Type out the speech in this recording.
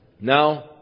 Now